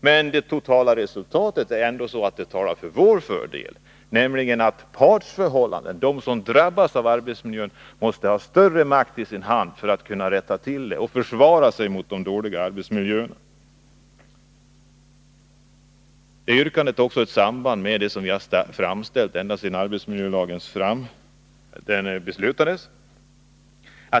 Men det totala resultatet talar ändå till förmån för vår uppfattning när det gäller partsförhållandena. De som drabbas till följd av brister i arbetsmiljön måste nämligen ha större makt i sin hand för att kunna rätta till förhållandena och för att kunna försvara sig mot dåliga arbetsmiljöer. Det yrkandet har ett samband med andra yrkanden som vi har framställt ända sedan arbetsmiljölagen beslutades.